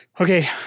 Okay